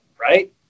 right